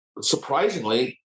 surprisingly